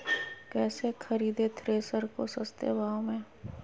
कैसे खरीदे थ्रेसर को सस्ते भाव में?